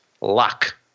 luck